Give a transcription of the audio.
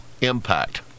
impact